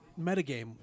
metagame